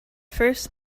first